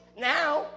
now